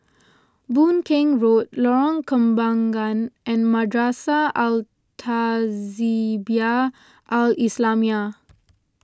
Boon Keng Road Lorong Kembagan and Madrasah Al Tahzibiah Al Islamiah